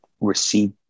receive